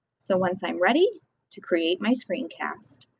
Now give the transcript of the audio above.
so once i'm ready to create my screencast,